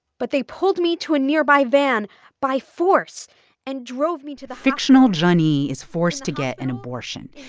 but they pulled me to a nearby van by force and drove me to the. fictional zhenyi is forced to get an abortion.